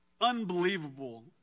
unbelievable